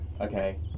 Okay